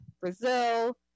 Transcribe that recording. Brazil